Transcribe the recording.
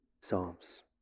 psalms